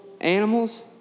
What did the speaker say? animals